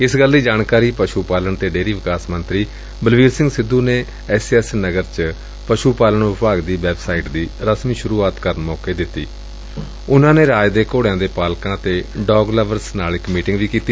ਇਸ ਗੱਲ ਦੀ ਜਾਣਕਾਰੀ ਪਸ਼ ਪਾਲਣ ਡੇਅਰੀ ਵਿਕਾਸ ਅਤੇ ਕਿਰਤ ਮੰਤਰੀ ਬਲਬੀਰ ਸਿੰਘ ਸਿੱਧੂ ਨੇ ਐਸ ਏ ਐਸ ਨਗਰ ਵਿਖੇ ਪਸ਼ ਪਾਲਣ ਵਿਭਾਗ ਦੀ ਵੈਬਸਾਈਟ ਦੀ ਰਸਮੀ ਸ਼ੁਰੂਆਤ ਕਰਨ ਮੌਕੇ ਦਿੱਡੀ ਅਤੇ ਉਨੂਾ ਨੇ ਰਾਜ ਦੇ ਘੋੜਿਆਂ ਦੇ ਪਾਲਕਾਂ ਅਤੇ ਡੌਗ ਲਵਰਜ਼ ਨਾਲ ਮੀਟਿੰਗ ਵੀ ਕੀਤੀ